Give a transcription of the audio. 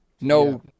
No